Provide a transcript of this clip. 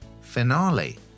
finale